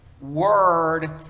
word